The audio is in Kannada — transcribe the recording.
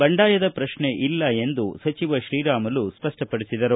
ಬಂಡಾಯದ ಪ್ರಕ್ನೆ ಇಲ್ಲ ಎಂದು ಶ್ರೀರಾಮುಲು ಸ್ಪಷ್ಟವಡಿಸಿದರು